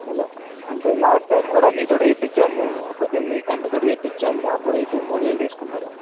అలా అంటే last time కూడా మీతో కూడా ఇప్పించాము కొద్దిగా మీ కంపెనీతో తెప్పించాము అప్పుడైతే మూడు వేలు తీసుకున్నారు